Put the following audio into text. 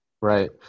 Right